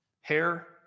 hair